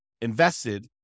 invested